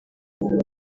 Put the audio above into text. ati